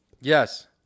Yes